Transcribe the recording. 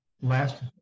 last